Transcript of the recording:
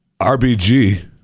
RBG